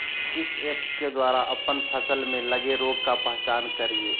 किस ऐप्स के द्वारा अप्पन फसल में लगे रोग का पहचान करिय?